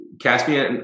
caspian